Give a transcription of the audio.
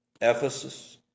Ephesus